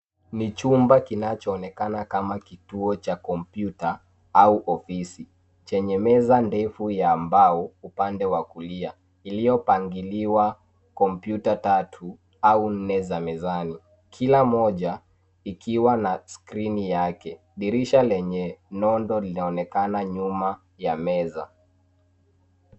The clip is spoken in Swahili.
Ni chumba kinachoonekana kama kituo cha kompyuta au ofisi, chenye meza ndefu ya mbao upande wa kulia iliyopangiliwa kompyuta tatu au nne za mezani. Kila moja ikiwa na skrini yake. Dirisha lenye nondo linaonekana nyuma ya meza.